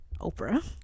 Oprah